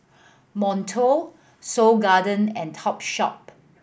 Monto Seoul Garden and Topshop